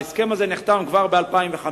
ההסכם הזה נחתם כבר ב-2005.